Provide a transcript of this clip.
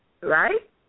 Right